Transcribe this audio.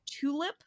Tulip